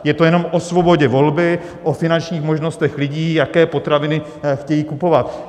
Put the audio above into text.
Je to jenom o svobodě volby, o finančních možnostech lidí, jaké potraviny chtějí kupovat.